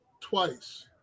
twice